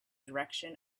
direction